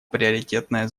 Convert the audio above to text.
приоритетная